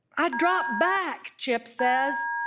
i dropped back chip says.